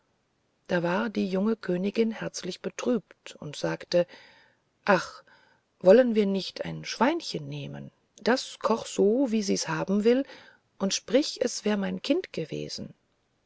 da war die junge königin herzlich betrübt und sagte ach wollen wir nicht ein schweinchen nehmen das koch doch so wie sies haben will und sprich es wäre mein kind gewesen